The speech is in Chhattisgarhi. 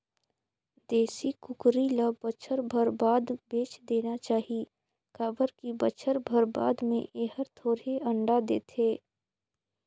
देसी कुकरी ल बच्छर भर बाद बेच देना चाही काबर की बच्छर भर बाद में ए हर थोरहें अंडा देथे